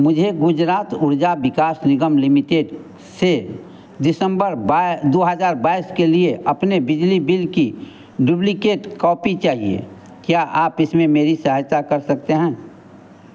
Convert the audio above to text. मुझे गुजरात ऊर्जा विकास निगम लिमिटेड से दिसम्बर बाई दो हज़ार बाईस के लिए अपने बिजली बिल की डुप्लिकेट कॉपी चाहिए क्या आप इसमें मेरी सहायता कर सकते हैं